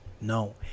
No